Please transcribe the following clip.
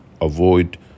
avoid